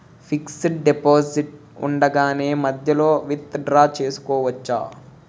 Fixed deposit ఉండగానే మధ్యలో withdraw చేసుకోవచ్చా?